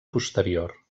posterior